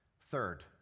Third